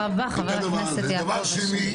דבר שני,